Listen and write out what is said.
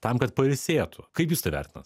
tam kad pailsėtų kaip jūs tai vertinat